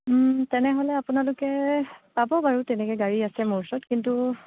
ওম তেনেহ'লে আপোনালোকে পাব বাৰু তেনেকৈ গাড়ী আছে মোৰ ওচৰত কিন্তু